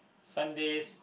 Sundays